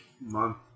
month